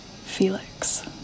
Felix